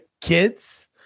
kids